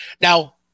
now